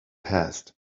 passed